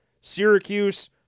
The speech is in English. Syracuse